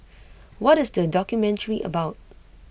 what is the documentary about